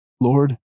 Lord